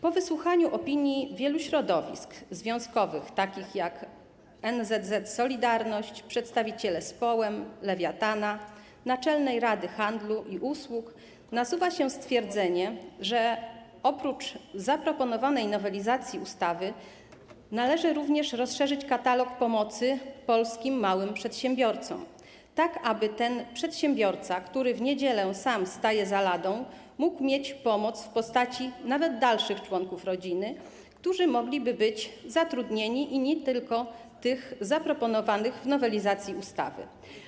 Po wysłuchaniu opinii wielu środowisk związkowych takich jak NSZZ „Solidarność”, przedstawicieli Społem, Lewiatana, Naczelnej Rady Zrzeszeń Handlu i Usług nasuwa się stwierdzenie, że oprócz zaproponowanej nowelizacji ustawy należy również rozszerzyć katalog pomocy polskim małym przedsiębiorcom, tak aby ten przedsiębiorca, który w niedzielę sam staje za ladą, mógł mieć pomoc w postacie nawet dalszych członków rodziny, którzy mogliby być zatrudnieni, nie tylko tych zaproponowanych w nowelizacji ustawy.